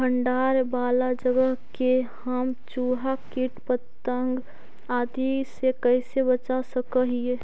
भंडार वाला जगह के हम चुहा, किट पतंग, आदि से कैसे बचा सक हिय?